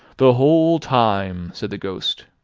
the whole time, said the ghost.